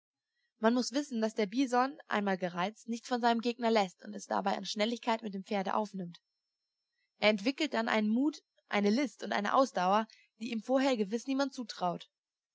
man muß wissen daß der bison einmal gereizt nicht von seinem gegner läßt und es dabei an schnelligkeit mit dem pferde aufnimmt er entwickelt dann einen mut eine list und eine ausdauer die ihm vorher gewiß niemand zutraut